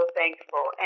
thankful